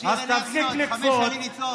תשאיר אנרגיות, חמש שנים לצעוק.